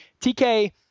TK